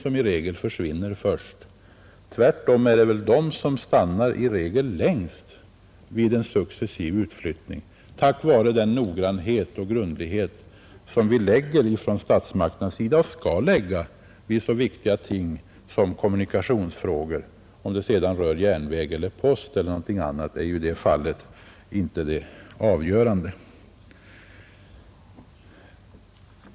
Det är väl tvärtom de som vanligen stannar längst vid en successiv utflyttning tack vare den noggrannhet och grundlighet som vi från statsmakternas sida visar — och skall visa — vid behandlingen av så viktiga ting som kommunikationsfrågor. Om det sedan rör järnvägar, post eller annat är i det sammanhanget inte avgörande.